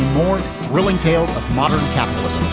more thrilling tales of modern capitalism